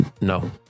no